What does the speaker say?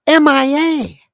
MIA